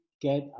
get